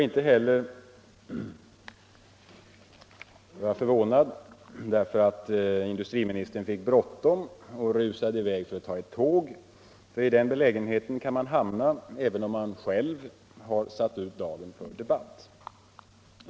Inte heller var det därför att industriministern fick bråttom och rusade i väg för att ta ett tåg. I den belägenheten kan man hamna även om man själv har satt ut dagen för debatt.